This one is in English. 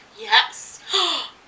Yes